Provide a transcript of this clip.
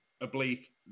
oblique